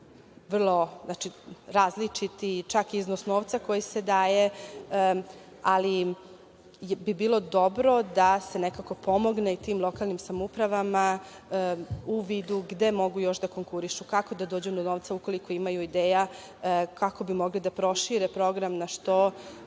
vrlo različiti, čak i iznos novca koji se daje, ali bi bilo dobro da se nekako pomogne tim lokalnim samoupravama u vidu gde mogu još da konkurišu, kako da dođu do novca ukoliko imaju ideja, kako bi mogli da prošire program na što